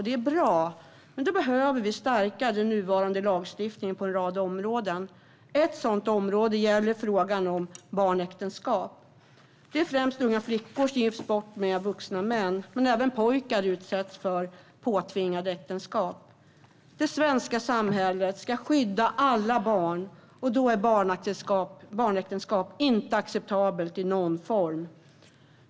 Det är bra, men då behöver vi stärka den nuvarande lagstiftningen på en rad områden. Ett sådant område gäller frågan om barnäktenskap. Det är främst unga flickor som gifts bort med vuxna män, men även pojkar utsätts för påtvingade äktenskap. Det svenska samhället ska skydda alla barn, och då är barnäktenskap inte acceptabelt i någon form.